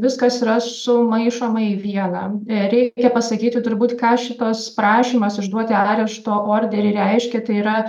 viskas yra sumaišoma į viena reikia pasakyti turbūt ką šitas prašymas išduoti arešto orderį reiškia tai yra